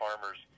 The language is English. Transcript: farmers